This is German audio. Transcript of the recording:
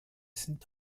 sind